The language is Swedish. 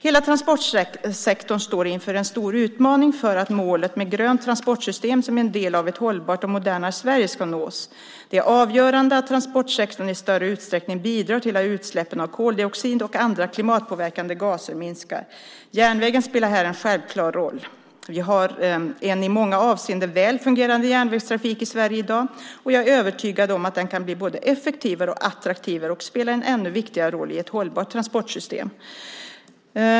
Hela transportsektorn står inför en stor utmaning för att målet om ett grönt transportsystem som en del av ett hållbart och modernare Sverige ska nås. Det är avgörande att transportsektorn i större utsträckning bidrar till att utsläppen av koldioxid och andra klimatpåverkande gaser minskar. Järnvägen spelar här en självklar roll. Vi har en i många avseenden väl fungerande järnvägstrafik i Sverige i dag. Jag är övertygad om att den kan bli både effektivare och attraktivare och spela en ännu viktigare roll i ett hållbart transportsystem.